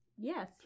Yes